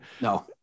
No